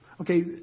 Okay